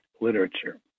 literature